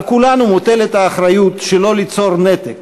על כולנו מוטלת האחריות שלא ליצור נתק,